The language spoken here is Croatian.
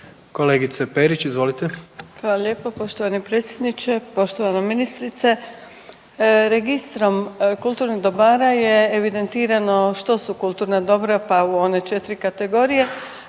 **Perić, Grozdana (HDZ)** Hvala lijepo poštovani predsjedniče. Poštovana ministrice, registrom kulturnih dobara je evidentirano što su kulturna dobra, pa u one 4 kategorije.